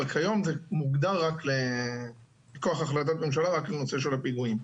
אבל כיום זה מוגדר רק לכוח החלטת ממשלה רק בנושא של הפיגועים.